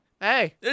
Hey